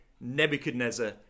Nebuchadnezzar